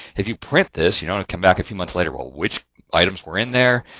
if you print this you know to come back a few months later. well, which items were in there.